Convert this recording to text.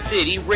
City